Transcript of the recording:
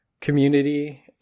community